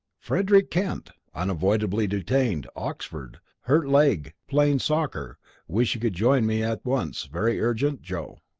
frederick kent unavoidably detained oxford hurt leg playing soccer wish you could join me at once very urgent. joe.